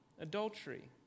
adultery